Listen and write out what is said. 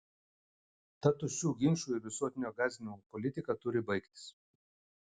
ta tuščių ginčų ir visuotinio gąsdinimo politika turi baigtis